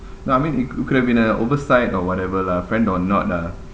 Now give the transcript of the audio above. no I mean it it could've been a oversight or whatever lah friend or not lah